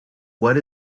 what